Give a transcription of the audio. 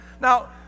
Now